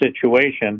situation